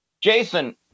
Jason